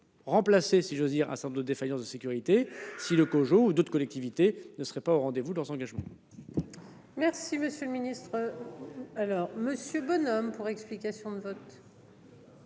remplacer si j'ose dire, à 100 de défaillances de sécurité si le COJO d'autres collectivités ne serait pas au rendez vous leurs engagements. Merci, monsieur le Ministre. Alors Monsieur Bonhomme pour explication de vote.